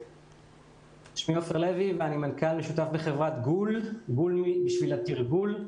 אני מנכ"ל משותף בחברת גול גול, בשביל התרגול.